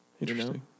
Interesting